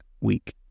week